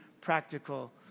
practical